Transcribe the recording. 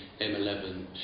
M11